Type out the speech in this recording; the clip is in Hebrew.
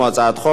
הצעת חוק